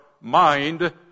mind